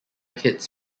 kids